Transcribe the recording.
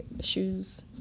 shoes